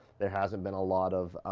there hasn't been a lot of